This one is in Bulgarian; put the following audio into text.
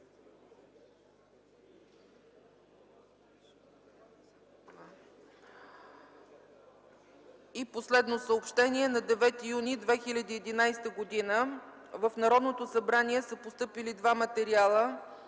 Последно съобщение – на 9 юни 2011 г. в Народното събрание са постъпили два материала